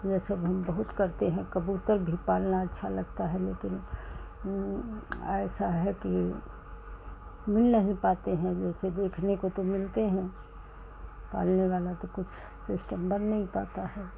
यह सब हम बहुत करते हैं कबूतर भी पालना अच्छा लगता है लेकिन ऐसा है कि मिल नहीं पाते हैं जैसे देखने को तो मिलते हैं पालने वाला तो सिस्टम बन नहीं पाता है